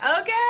okay